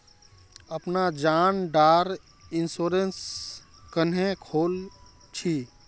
अपना जान डार इंश्योरेंस क्नेहे खोल छी?